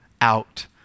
out